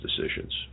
decisions